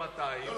לא,